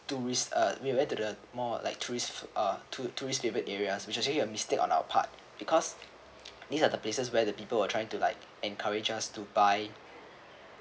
tourist uh we went to the more like tourist uh tourist favourite areas which is actually a mistake on our part because these are the places where the people are trying to like encourages us to buy